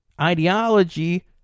ideology